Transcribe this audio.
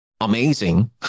amazing